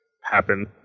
happen